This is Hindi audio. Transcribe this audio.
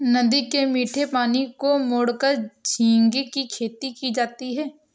नदी के मीठे पानी को मोड़कर झींगे की खेती की जाती है